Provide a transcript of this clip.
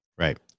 Right